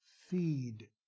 feed